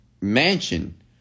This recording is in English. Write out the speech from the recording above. mansion